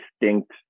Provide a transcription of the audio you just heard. distinct